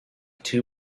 two